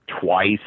twice